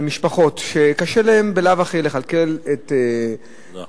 אלה משפחות שקשה להן בלאו הכי לכלכל את מעשיהן,